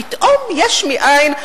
פתאום יש מאין,